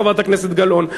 חברת הכנסת גלאון.